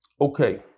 Okay